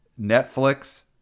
Netflix